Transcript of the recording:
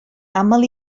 aml